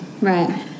Right